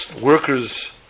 workers